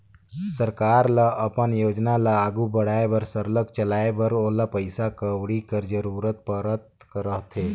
सरकार ल अपन योजना ल आघु बढ़ाए बर सरलग चलाए बर ओला पइसा कउड़ी कर जरूरत परत रहथे